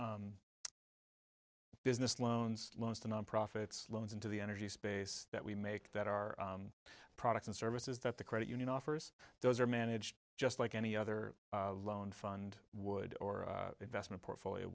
of business loans loans to nonprofits loans into the energy space that we make that are products and services that the credit union offers those are managed just like any other loan fund would or investment portfolio